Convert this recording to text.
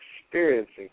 experiencing